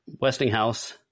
Westinghouse